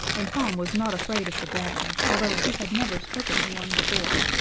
and tom was not afraid of the dragon, although he had never spoken to one before.